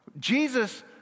Jesus